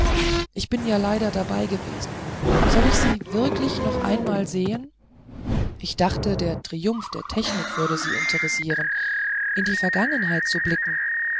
ich bin ja leider dabei gewesen soll ich sie wirklich noch einmal sehen ich dachte der triumph der technik würde sie interessieren in die vergangenheit zu blicken